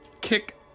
kick